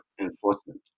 enforcement